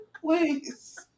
please